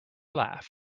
laugh